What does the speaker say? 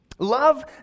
Love